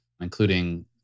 including